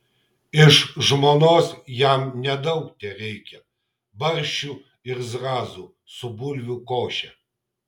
iš žmonos jam nedaug tereikia barščių ir zrazų su bulvių koše